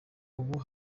ubu